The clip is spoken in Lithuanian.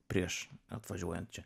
prieš atvažiuojant čia